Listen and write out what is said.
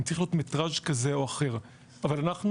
אם צריך להיות מטראז' כזה או אחר אבל אנחנו